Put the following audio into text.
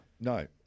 No